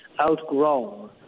outgrown